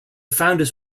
founders